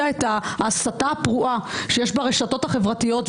את ההסתה הפרועה שיש ברשתות החברתיות,